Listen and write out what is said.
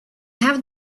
have